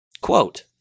quote